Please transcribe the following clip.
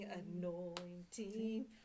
anointing